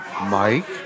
Mike